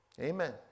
Amen